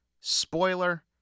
Spoiler